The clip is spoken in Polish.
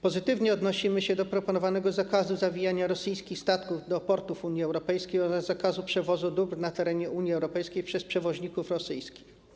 Pozytywnie odnosimy się do proponowanego zakazu zawijania rosyjskich statków do portów Unii Europejskiej oraz do zakazu przewozu dóbr na terenie Unii Europejskiej przez przewoźników rosyjskich.